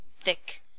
thick